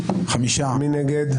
מי נגד?